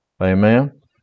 Amen